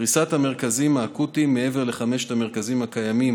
פריסת המרכזים האקוטיים מעבר לחמשת המרכזים הקיימים